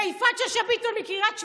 ויפעת שאשא ביטון מקריית שמונה,